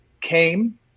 came